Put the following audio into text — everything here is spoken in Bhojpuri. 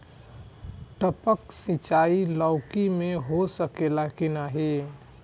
टपक सिंचाई लौकी में हो सकेला की नाही?